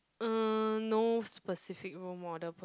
uh no specific role model per